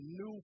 new